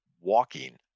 walking